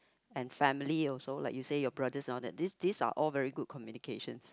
and family also like you say your brothers and all that this this are all very good communications